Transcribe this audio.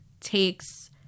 takes